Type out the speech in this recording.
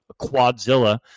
Quadzilla